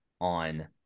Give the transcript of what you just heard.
on